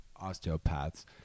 osteopaths